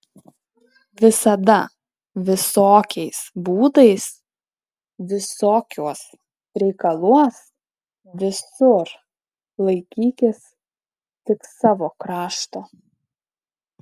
visada visokiais būdais visokiuos reikaluos visur laikykis tik savo krašto